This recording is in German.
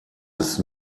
ist